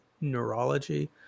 neurology